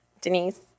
denise